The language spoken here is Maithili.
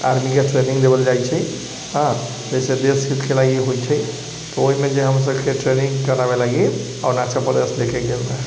आर्मी के ट्रेनिङ्ग देवल जाइ छै हँ जाहिसे देशके होइ छै तऽ ओहिमे जे हमर सभके ट्रेनिङ्ग करबाइ लागि अरुणाचल प्रदेश लइके गेल रहै